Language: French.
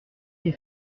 des